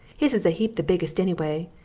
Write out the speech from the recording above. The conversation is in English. his is a heap the biggest anyway,